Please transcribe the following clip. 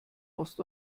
ost